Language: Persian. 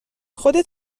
خودت